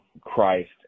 Christ